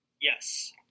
Yes